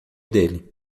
dele